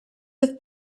with